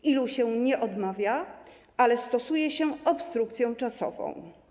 W ilu się nie odmawia, ale stosuje się obstrukcję czasową?